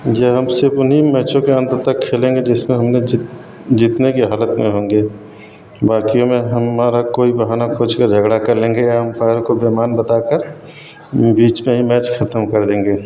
यह हम सिर्फ़ उन्हीं मैचों के अंत तक खेलेंगे जिसमें हमने जीत जीतने की हालत में होंगे बाकियों में हमारा कोई बहाना खोजकर झगड़ा कर लेंगे या एमपायर को बेईमान बता कर बीच में ही मैच ख़त्म कर देंगे